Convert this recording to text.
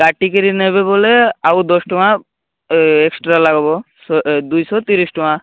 କାଟିକି ନେବେ ବୋଲେ ଆଉ ଦଶ ଟଙ୍କା ଏକ୍ସଟ୍ରା ଲାଗିବ ଦୁଇଶହ ତିରିଶ ଟଙ୍କା